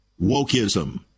wokeism